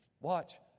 Watch